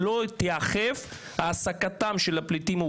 בנוסף,